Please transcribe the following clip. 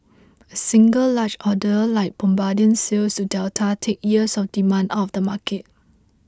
a single large order like Bombardier's sales to Delta takes years of demand out of the market